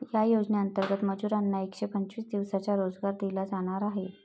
या योजनेंतर्गत मजुरांना एकशे पंचवीस दिवसांचा रोजगार दिला जाणार आहे